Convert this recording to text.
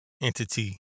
entity